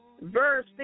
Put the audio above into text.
verse